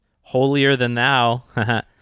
holier-than-thou